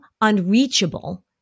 unreachable